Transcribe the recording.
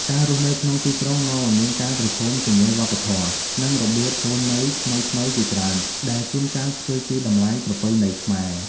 ការរស់នៅក្នុងទីក្រុងនាំឱ្យមានការប្រឈមជាមួយវប្បធម៌ និងរបៀបរស់នៅថ្មីៗជាច្រើន ដែលជួនកាលផ្ទុយពីតម្លៃប្រពៃណីខ្មែរ។